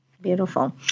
Beautiful